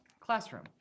classroom